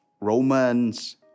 Romans